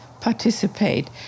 participate